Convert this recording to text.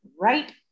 right